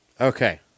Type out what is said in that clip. Okay